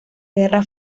guerra